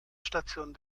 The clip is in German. station